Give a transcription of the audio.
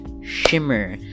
Shimmer